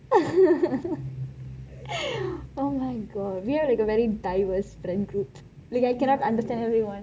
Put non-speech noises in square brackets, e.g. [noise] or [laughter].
[laughs] oh my god we have like a very diverse friend group